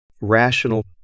Rational